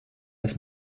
das